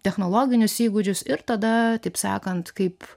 technologinius įgūdžius ir tada taip sakant kaip